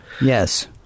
Yes